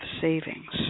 savings